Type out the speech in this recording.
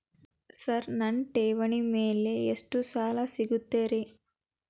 Sir ನನ್ನ ಠೇವಣಿ ಮೇಲೆ ಎಷ್ಟು ಸಾಲ ಸಿಗುತ್ತೆ ರೇ?